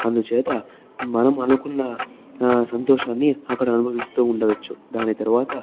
అందుచేత మనం అనుకున్న సంతోషాన్ని అక్కడ అనుభవిస్తూ ఉండవచ్చు దాని తర్వాత